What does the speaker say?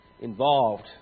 involved